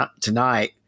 tonight